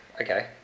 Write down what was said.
okay